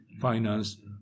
finance